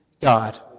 God